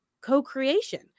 co-creation